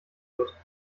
wird